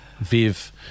Viv